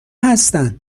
هستن